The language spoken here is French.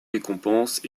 récompenses